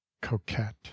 Coquette